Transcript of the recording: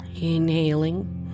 Inhaling